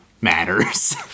matters